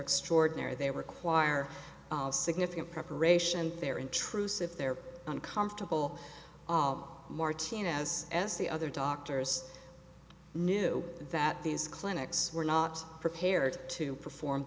extraordinary they require significant preparation they're intrusive they're uncomfortable martnez as the other doctors knew that these clinics were not prepared to perform